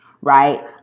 Right